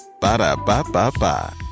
Ba-da-ba-ba-ba